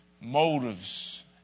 motives